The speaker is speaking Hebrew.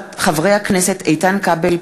חברי הכנסת איתן כבל,